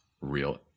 real